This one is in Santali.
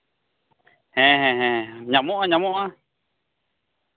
ᱦᱮᱸ ᱦᱮᱸ ᱦᱮᱸ ᱧᱟᱢᱚᱜᱼᱟ ᱧᱟᱢᱚᱜᱼᱟ ᱧᱟᱢᱚᱜᱼᱟ